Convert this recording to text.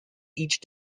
each